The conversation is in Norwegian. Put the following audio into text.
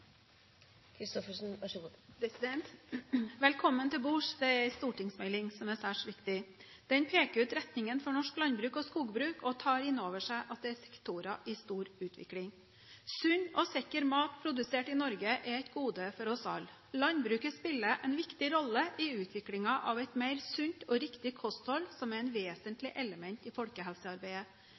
skogbruk, og tar inn over seg at det er sektorer i stor utvikling. Sunn og sikker mat produsert i Norge er et gode for oss alle. Landbruket spiller en viktig rolle i utviklingen av et mer sunt og riktig kosthold, som er et vesentlig element i folkehelsearbeidet.